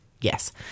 yes